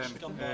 אסף: